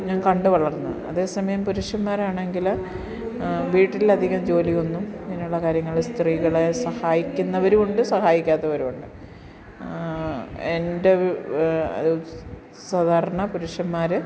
ഞാൻ കണ്ടു വളർന്നത് അതേ സമയം പുരുഷന്മാരാണെങ്കിൽ വീട്ടിൽ അധികം ജോലിയൊന്നും അങ്ങനെയുള്ള കാര്യങ്ങൾ സ്ത്രീകളെ സഹായിക്കുന്നവരുമുണ്ട് സഹായിക്കാത്തവരുമുണ്ട് എൻ്റെ സാധാരണ പുരുഷന്മാർ